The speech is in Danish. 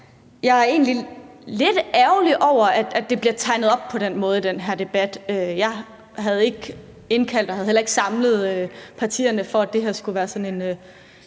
Jeg er egentlig lidt ærgerlig over, at det bliver tegnet op på den måde i den her debat. Jeg har ikke indkaldt partierne og samlet partierne for, at det her skulle være sådan en